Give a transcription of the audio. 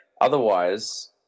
Otherwise